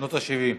שנות ה-70.